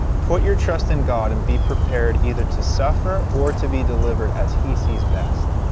put your trust in god, and be prepared either to suffer or to be delivered as he sees best.